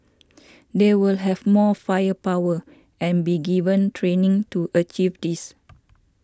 they will have more firepower and be given training to achieve this